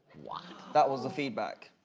that was the feedback.